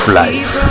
life